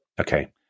Okay